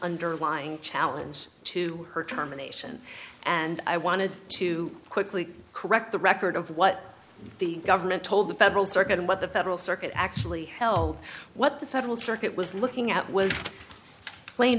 underlying challenge to her terminations and i wanted to quickly correct the record of what the government told the federal circuit and what the federal circuit actually held what the federal circuit was looking at when plain